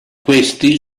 questi